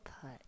put